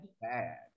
bad